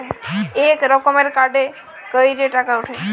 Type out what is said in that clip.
ইক রকমের কাড়ে ক্যইরে টাকা উঠে